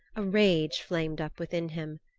a rage flamed up within him.